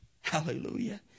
Hallelujah